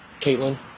Caitlin